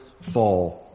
Fall